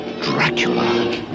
Dracula